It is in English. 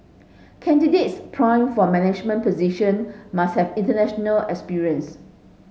candidates primed for management position must have international experience